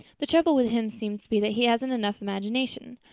the trouble with him seems to be that he hasn't enough imagination.